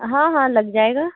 हाँ हाँ लग जाएगा